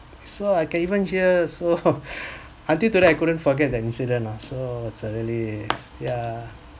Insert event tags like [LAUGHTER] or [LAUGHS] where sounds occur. so I can even hear so [LAUGHS] until today I couldn't forget that incident lah so suddenly yeah